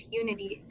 unity